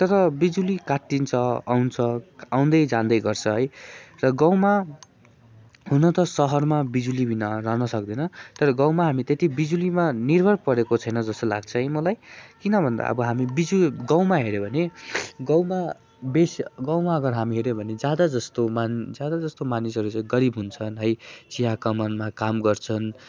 तर बिजुली काटिन्छ आउँछ आउँदै जाँदै गर्छ है र गाउँमा हुन त सहरमा बिजुलीबिना रहन सक्दैन तर गाउँमा हामी त्यति बिजुलीमा निर्भर परेको छैन जस्तो लाग्छ है मलाई किनभन्दा अब हामी बिजु गाउँमा हेर्यो भने गाउँमा बेस गाउँमा अगर हामी हेर्यो भने ज्यादा जस्तो मान् ज्यादा जस्तो मानिसहरू चाहिँ गरिब हुन्छन् है चिया कमानमा काम गर्छन्